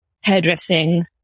hairdressing